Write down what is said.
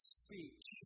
speech